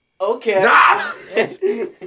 Okay